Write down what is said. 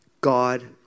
God